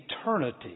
eternity